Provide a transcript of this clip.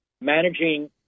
managing